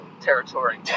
territory